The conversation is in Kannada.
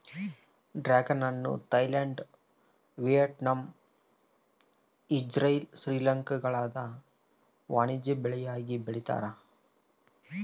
ಡ್ರಾಗುನ್ ಹಣ್ಣು ಥೈಲ್ಯಾಂಡ್ ವಿಯೆಟ್ನಾಮ್ ಇಜ್ರೈಲ್ ಶ್ರೀಲಂಕಾಗುಳಾಗ ವಾಣಿಜ್ಯ ಬೆಳೆಯಾಗಿ ಬೆಳೀತಾರ